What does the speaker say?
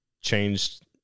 changed